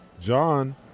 John